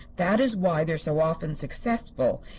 that is why they are so often successful.